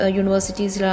universities